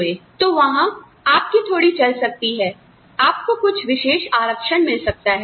तो वहां पर आपकी थोड़ी चल सकती है आपको कुछ विशेष आरक्षण मिल सकता है